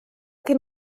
can